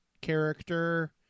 character